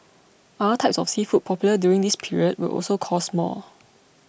other types of seafood popular during this period will also cost more